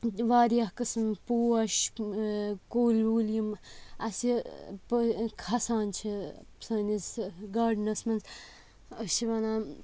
واریاہ قٕسٕم پوش کُلۍ وُلۍ یِم اَسہِ کھَسان چھِ سٲنِس گاڈنَس منٛز أسۍ چھِ وَنان